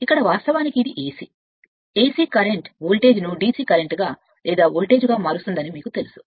ఇక్కడ వాస్తవానికి ఇది AC AC కరెంట్ వోల్టేజ్ను DC కరెంట్గా లేదా వోల్టేజ్గా మారుస్తుందని మీకు తెలుసు